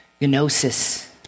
gnosis